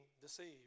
deceived